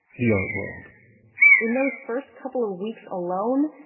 the art world in those first couple of weeks alone,